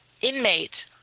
inmate